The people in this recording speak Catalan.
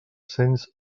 cents